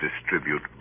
distribute